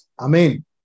Amen